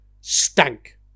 Stank